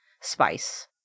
spice